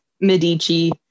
Medici